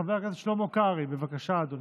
חבר הכנסת שלמה קרעי, בבקשה, אדוני.